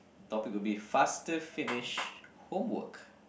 topic will be faster finish homework